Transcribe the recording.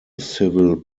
civil